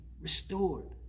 restored